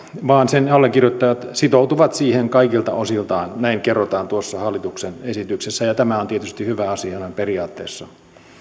vaan sen allekirjoittajat sitoutuvat siihen kaikilta osiltaan näin kerrotaan tuossa hallituksen esityksessä ja tämä on tietysti hyvä asia noin periaatteessa